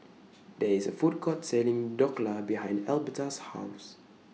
There IS A Food Court Selling Dhokla behind Elberta's House